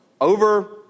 over